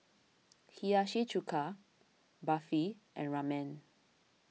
Hiyashi Chuka Barfi and Ramen